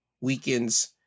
weekend's